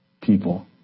people